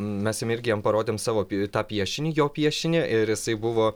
mes jam irgi jam parodėm savo pi tą piešinį jo piešinį ir jisai buvo